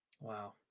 wow